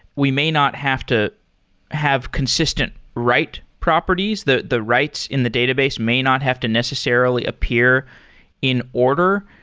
we may not have to have consistent write properties. the the writes in the database may not have to necessarily appear in order.